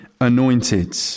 anointed